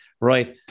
Right